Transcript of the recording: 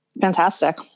Fantastic